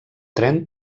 tren